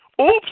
Oops